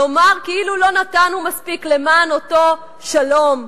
לומר כאילו לא נתנו מספיק למען אותו שלום.